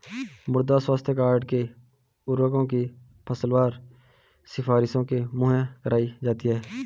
मृदा स्वास्थ्य कार्ड में उर्वरकों की फसलवार सिफारिशें मुहैया कराई जाती है